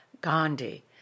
Gandhi